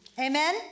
Amen